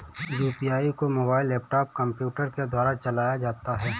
UPI को mobile laptop computer के द्वारा चलाया जाता है